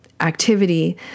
activity